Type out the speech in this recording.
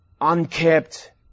unkept